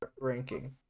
ranking